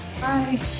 Bye